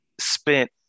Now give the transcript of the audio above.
spent